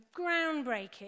groundbreaking